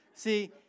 See